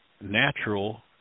natural